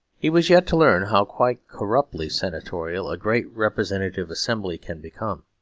he was yet to learn how quite corruptly senatorial a great representative assembly can become.